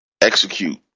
execute